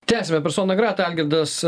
tęsiame personą grata algirdas